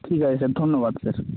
ঠিক আছে স্যার ধন্যবাদ স্যার